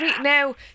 Now